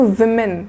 women